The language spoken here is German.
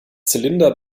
zylinder